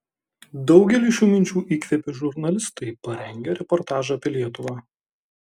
daugelį šių minčių įkvėpė žurnalistai parengę reportažą apie lietuvą